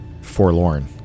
forlorn